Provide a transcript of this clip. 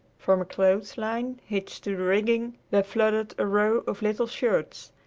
from a clothesline hitched to the rigging there fluttered a row of little shirts,